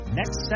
next